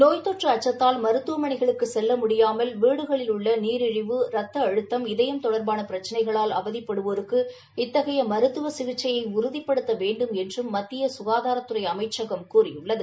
நோய்த் தொற்று அச்சத்தால் மருத்துவமனைகளுக்கு செல்ல முடியாமல் வீடுகளில் உள்ள நீரிழிவு ரத்த அழுத்தம் இதயம் தொடர்பான பிரச்சினைகளால் அவதிப்படுவோருக்கு இத்தகைய மருத்துவ சிகிச்சையை உறுதிப்படுத்த வேண்டும் என்றும் மத்திய சுகாதாரத்துறை அமைச்சகம் கூறியுள்ளது